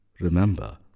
remember